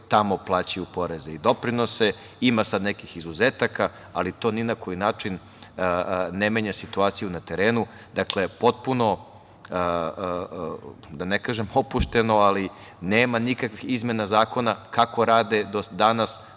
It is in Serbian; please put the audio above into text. tamo plaćaju poreze i doprinose. Ima sada nekih izuzetaka, ali to ni na koji način ne menja situaciju na terenu. Dakle, potpuno, da ne kažem opušteno, ali nema nikakvih izmena zakona. Kako rade danas,